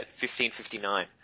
1559